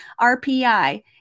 RPI